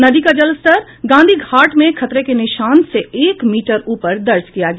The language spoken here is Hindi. नदी का जलस्तर गांधी घाट में खतरे के निशान से एक मीटर ऊपर दर्ज किया गया